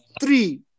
three